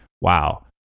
wow